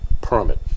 permit